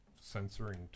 censoring